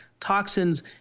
toxins